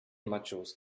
machos